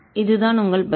இதுதான் உங்கள் பதில்